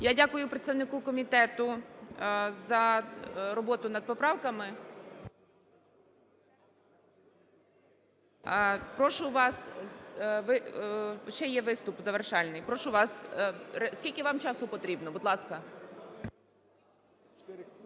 Я дякую представнику комітету за роботу над поправками. Прошу вас, ще є виступ завершальний, прошу вас. Скільки вам часу потрібно, будь ласка?